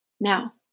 Now